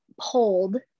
pulled